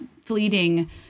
fleeting